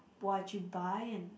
what you buying